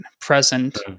present